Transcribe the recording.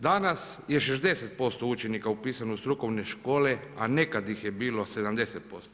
Danas je 60% učenika upisano u strukovne škole a nekad ih je bilo 70%